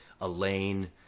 Elaine